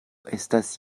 estas